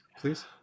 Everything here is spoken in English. please